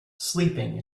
sleeping